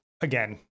Again